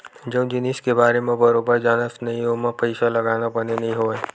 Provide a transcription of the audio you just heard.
जउन जिनिस के बारे म बरोबर जानस नइ ओमा पइसा लगाना बने नइ होवय